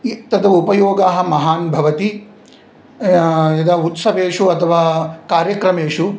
इ तद् उपयोगाः महान् भवति यदा उत्सवेषु अथवा कार्यक्रमेषु